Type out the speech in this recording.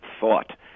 thought